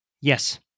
Yes